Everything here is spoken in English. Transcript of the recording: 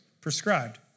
prescribed